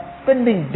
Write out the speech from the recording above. spending